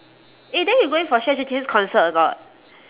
eh then you going for xue zhi qian's concert or not